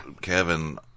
Kevin